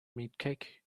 meatcake